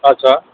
अच्छा